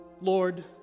Lord